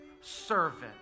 servant